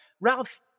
Ralph